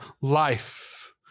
life